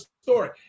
story